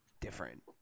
different